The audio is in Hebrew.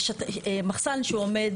מחסן שעומד